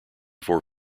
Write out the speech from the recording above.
four